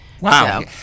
wow